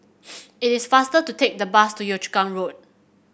it is faster to take the bus to Yio Chu Kang Road